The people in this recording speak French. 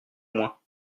moins